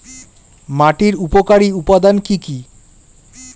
মাটির উপকারী উপাদান কি কি?